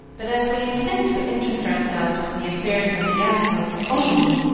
but as we intend to interest ourselves with the affairs of the young folks only,